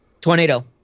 Tornado